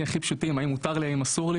הפשוטים שלא ידעתי אם מותר או אסור לי